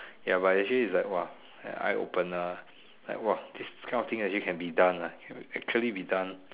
ya but actually it's like !wah! an eye opener like !wah! this kind of thing actually can be done ah can actually be done